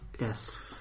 Yes